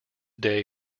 day